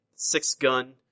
Six-Gun